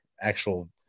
actual